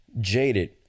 jaded